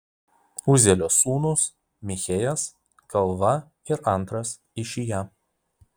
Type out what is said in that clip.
uzielio sūnūs michėjas galva ir antras išija